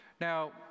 Now